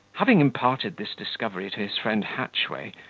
having imparted this discovery to his friend hatchway,